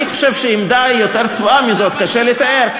אני חושב שעמדה יותר צבועה מזאת קשה לתאר,